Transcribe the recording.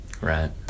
Right